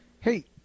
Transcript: Hey